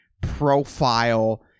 profile